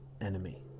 enemy